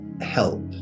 help